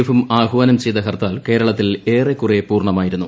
എഫും ആഹ്വാനം ചെയ്ത ഹർത്താൽ കേരളത്തിൽ ഏറെക്കുറെ പൂർണ്ണമായിരുന്നു